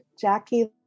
Jackie